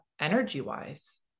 energy-wise